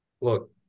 Look